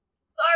Sorry